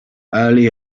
early